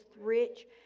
rich